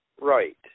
Right